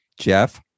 Jeff